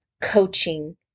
coaching